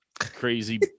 crazy